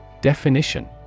Definition